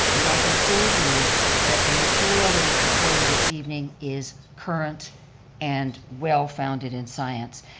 and i can say to you that the material that is before you this evening is current and well-founded in science.